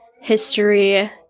history